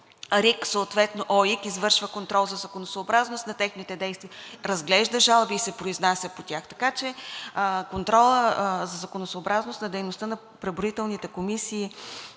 ОИК, извършва контрол за законосъобразност на техните действия – разглежда жалби и се произнася по тях. Така че контрола за законосъобразност на дейността на преброителните комисии